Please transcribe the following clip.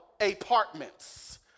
apartments